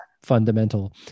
fundamental